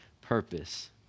purpose